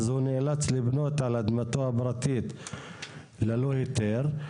אז הוא נאלץ לבנות על אדמתו הפרטית ללא היתר.